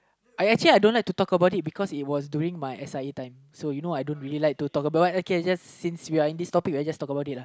I actually I don't like to talk about it because it was during my S_I_A time so you know I don't really like talk about what okay just since we are in this topic we just talk about it lah